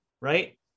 right